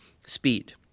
speed